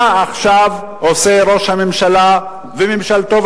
מה עכשיו עושה ראש הממשלה וממשלתו?